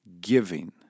giving